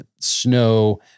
snow